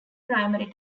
primary